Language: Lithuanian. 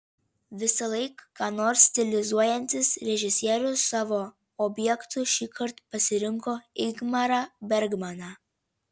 visąlaik ką nors stilizuojantis režisierius savo objektu šįkart pasirinko ingmarą bergmaną